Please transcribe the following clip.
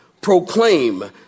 proclaim